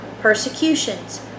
persecutions